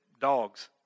dogs